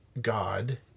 God